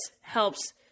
helps